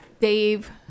dave